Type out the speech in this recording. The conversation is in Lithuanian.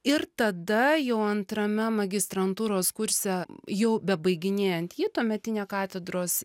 ir tada jau antrame magistrantūros kurse jau be baiginėjant jį tuometinė katedros